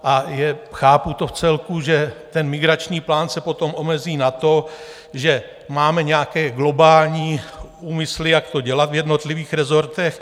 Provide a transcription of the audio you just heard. A chápu to vcelku, že ten migrační plán se potom omezí na to, že máme nějaké globální úmysly, jak to dělat v jednotlivých rezortech.